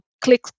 click